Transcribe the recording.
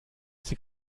sie